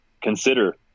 consider